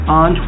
on